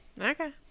Okay